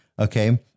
Okay